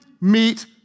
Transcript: meet